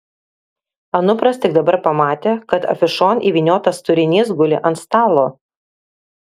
anupras tik dabar pamatė kad afišon įvyniotas turinys guli ant stalo